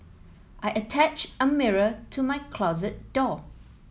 I attached a mirror to my closet door